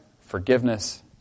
forgiveness